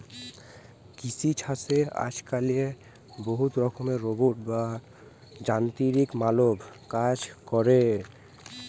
কিসি ছাসে আজক্যালে বহুত রকমের রোবট বা যানতিরিক মালব কাজ ক্যরে